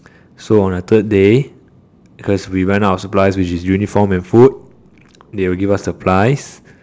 so on the third day cause we ran out of supplies which is uniform and food they will give us supplies